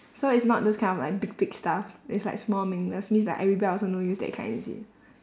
so it's not those kind of like big big stuff it's like small meaningless means like I rebel also no use that kind is it